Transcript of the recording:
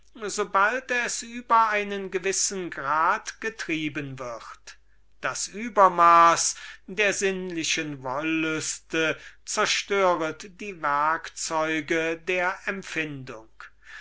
bald es über einen gewissen grad getrieben wird das übermaß der sinnlichen wollüste zerstöret die werkzeuge der empfindung